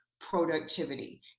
productivity